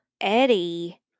Eddie